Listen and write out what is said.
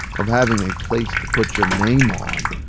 of having a place to put your name on,